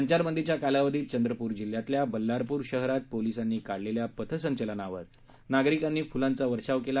संचारबंदीच्या कालावधीत चंद्रपुर जिल्ह्यातल्या बल्लारपूर शहरात पोलिसांनी काढलेल्या पथसंचलनावर नागरिकांनी फ्लांचा वर्षाव केला